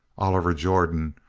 oliver jordan,